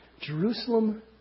Jerusalem